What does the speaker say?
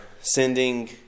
sending